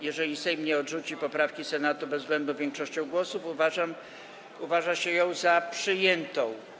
Jeżeli Sejm nie odrzuci poprawki Senatu bezwzględną większością głosów, uważa się ją za przyjętą.